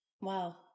Wow